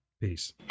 peace